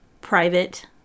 private